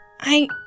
I-